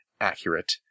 Accurate